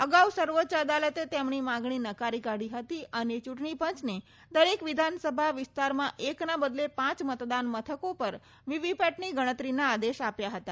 અગાઉ સર્વોચ્ચ અદાલતે તેમની માગણી નકારી કાઢી હતી અને ચ્રંટણી પંચને દરેક વિધાનસભા વિસ્તારમાં એકના બદલે પાંચ મતદાન મથકો પર વીવીપેટની ગણતરીના આદેશ આપ્યા હતા